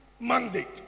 mandate